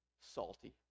salty